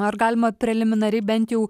ar galima preliminariai bent jau